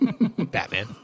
Batman